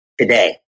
today